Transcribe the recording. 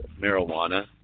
marijuana